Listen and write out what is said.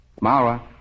Mara